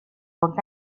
old